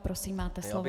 Prosím, máte slovo.